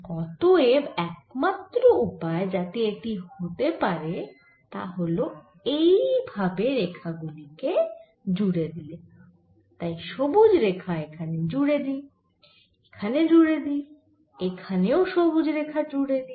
অতএব একমাত্র উপায় যাতে এটি হতে পারে তা হল এই ভাবে রেখা গুলি কে জুড়ে দিলে তাই সবুজ রেখা এখানে জুড়ে দিই এখানে জুড়ে দিই এখানেও সবুজ রেখা জুড়ে দিই